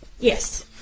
Yes